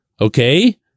okay